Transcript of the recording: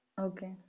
Okay